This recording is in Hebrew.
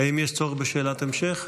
האם יש צורך בשאלת המשך?